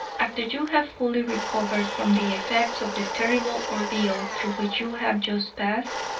after you have fully recovered from the effects of the terrible ordeal through which you have just passed,